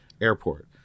airport